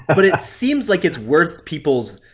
but it seems like its worth peoples.